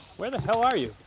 where the hell are you?